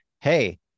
hey